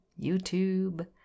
YouTube